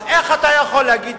אז איך אתה יכול להגיד?